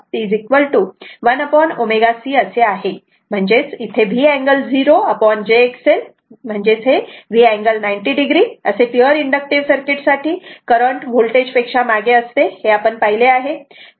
म्हणजेच V angle 0jXL V angle 90 o असे pure inductive circuit साठी करंट होल्टेज पेक्षा मागे असते हे पाहिले आहे